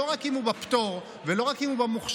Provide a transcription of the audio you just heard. לא רק אם הוא בפטור ולא רק אם הוא במוכשר.